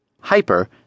Hyper